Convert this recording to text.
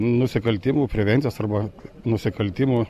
nusikaltimų prevencijos arba nusikaltimų